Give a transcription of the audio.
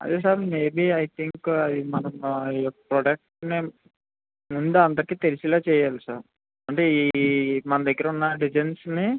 అదే sir maybe I think మనము అ ఈ ప్రోడక్ట్ని ముందు అందరికీ తెలిసేలా చెయ్యాలి సార్ అంటే ఈ మన దగ్గర ఉన్న డిజైన్స్ని